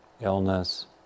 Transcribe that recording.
illness